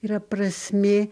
yra prasmė